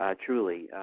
um truly,